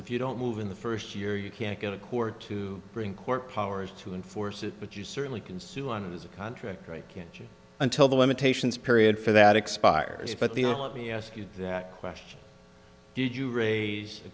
if you don't move in the first year you can't get a court to bring court powers to enforce it but you certainly can sue on it as a contractor a kanji until the limitations period for that expires but the or let me ask you that question did you raise